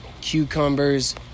cucumbers